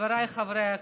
חבריי חברי הכנסת,